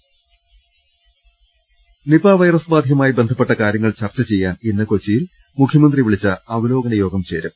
്്് Nipah virus ബാധയുമായി ബന്ധപ്പെട്ട കാര്യങ്ങൾ ചർച്ച ചെയ്യാൻ ഇന്ന് കൊച്ചിയിൽ മുഖ്യമന്ത്രി വിളിച്ച അവലോകന യോഗം ചേരും